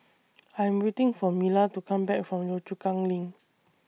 I'm waiting For Mila to Come Back from Yio Chu Kang LINK